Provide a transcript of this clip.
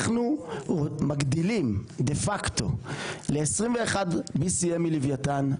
אנחנו מגדילים דפקטו ל-BCM21 מלווייתן,